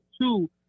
Two